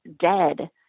dead